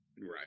right